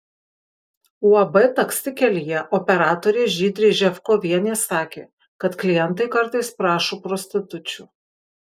uab taksi kelyje operatorė žydrė ževkovienė sakė kad klientai kartais prašo prostitučių